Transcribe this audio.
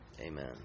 Amen